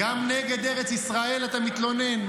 גם נגד ארץ ישראל אתה מתלונן?